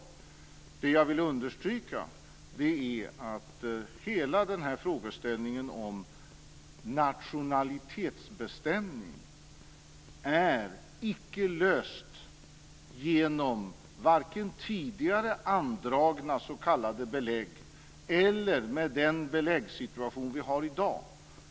Det jag vill understryka är att hela den här frågeställningen om nationalitetsbestämning icke är löst genom vare sig tidigare andragna s.k. belägg eller med den beläggssituation som vi har i dag.